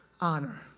honor